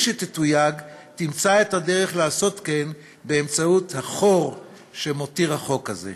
שתתויג תמצא את הדרך לעשות כן באמצעות החור שמותיר החוק הזה.